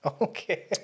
Okay